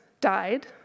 died